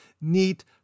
neat